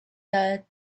that